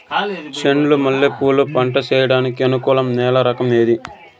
చెండు మల్లె పూలు పంట సేయడానికి అనుకూలం నేల రకం ఏది